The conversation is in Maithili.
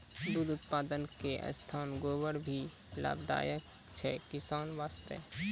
दुग्ध उत्पादन के साथॅ गोबर भी लाभदायक छै किसान वास्तॅ